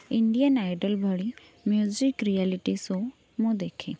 Indian Idol ଭଳି music reality show ମୁଁ ଦେଖେ